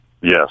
Yes